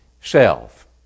self